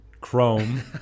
Chrome